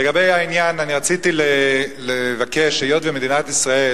לגבי העניין, אני רציתי לבקש, היות שמדינת ישראל